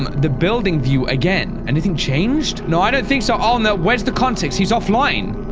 the building view again anything changed. no. i don't think so. i'll know where's the context he's offline